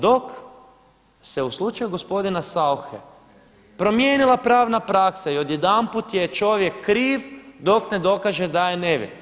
Dok se u slučaju gospodina Sauche promijenila pravna praksa i odjedanput je čovjek kriv dok ne dokaže da je nevin.